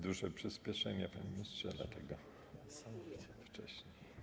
Duże przyspieszenie, panie ministrze, dlatego wcześniej.